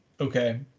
okay